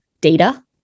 data